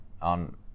On